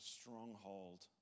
stronghold